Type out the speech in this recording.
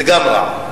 זה גם רע.